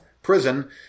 prison